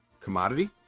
commodity